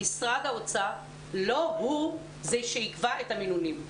משרד האוצר לא הוא שיקבע את המינונים.